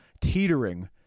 teetering